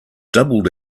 doubled